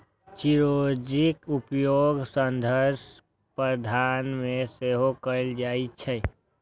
चिरौंजीक उपयोग सौंदर्य प्रसाधन मे सेहो कैल जाइ छै